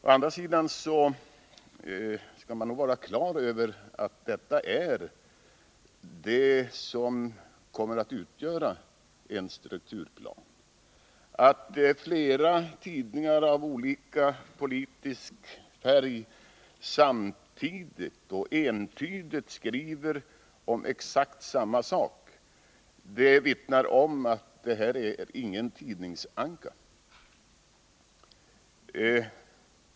Å andra sidan skall man då vara klar över att det som förts fram är det som kommer att utgöra en strukturplan. Att flera tidningar av olika politisk färg samtidigt och entydigt skriver om exakt samma sak vittnar om att det här är ingen tidningsanka.